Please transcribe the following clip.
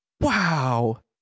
wow